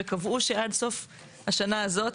וקבעו שעד סוף השנה הזאת,